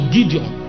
Gideon